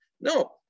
no